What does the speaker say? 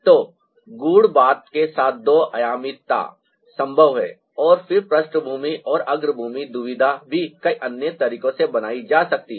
तो गूढ़ बात के साथ दो आयामीता संभव है और फिर पृष्ठभूमि और अग्रभूमि दुविधा भी कई अन्य तरीकों से बनाई जा सकती है